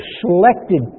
selected